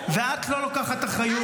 ואת לא לוקחת אחריות.